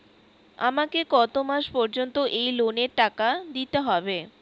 আমাকে কত মাস পর্যন্ত এই লোনের টাকা দিতে হবে?